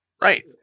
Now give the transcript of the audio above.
Right